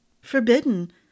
forbidden